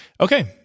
Okay